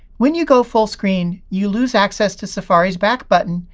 when you go full screen, you lose access to safari's back button,